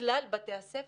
כלל בתי הספר,